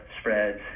spreads